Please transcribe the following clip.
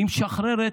והיא משחררת,